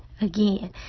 again